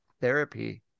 therapy